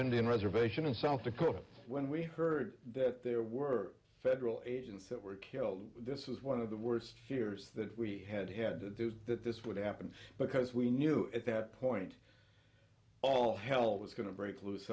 indian reservation in south dakota when we heard that there were federal agents that were killed this is one of the worst fears that we had had to that this would happen because we knew at that point all hell was going to break loose